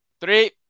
Three